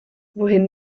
wohin